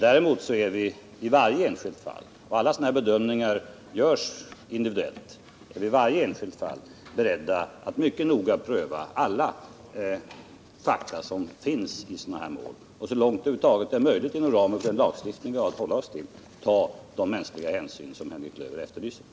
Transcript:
Däremot är vi i varje enskilt fall — och alla bedömningar görs individuellt — beredda att mycket noga pröva alla fakta som finns och så långt det över huvud taget är möjligt, inom ramen för den lagstiftning vi har att hålla oss till, ta de mänskliga hänsyn som Helge Klöver efterlyser.